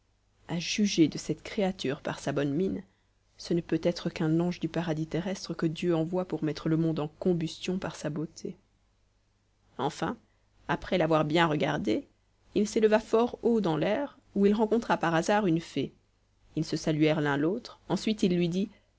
à juger de cette créature par sa bonne mine ce ne peut être qu'un ange du paradis terrestre que dieu envoie pour mettre le monde en combustion par sa beauté enfin après l'avoir bien regardé il s'éleva fort haut dans l'air où il rencontra par hasard une fée ils se saluèrent l'un l'autre ensuite il lui dit